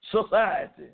society